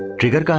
trigger